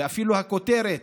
ואפילו הכותרת,